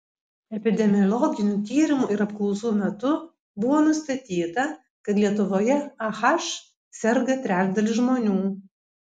epidemiologinių tyrimų ir apklausų metu buvo nustatyta kad lietuvoje ah serga trečdalis žmonių